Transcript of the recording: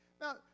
Now